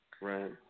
Right